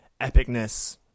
epicness